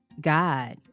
God